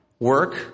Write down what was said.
work